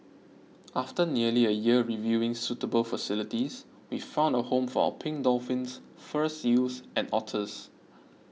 after nearly a year reviewing suitable facilities we found a home for our pink dolphins fur seals and otters